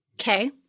Okay